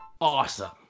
Awesome